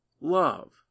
love